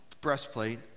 breastplate